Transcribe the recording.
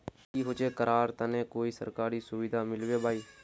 की होचे करार तने कोई सरकारी सुविधा मिलबे बाई?